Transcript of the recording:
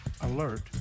Alert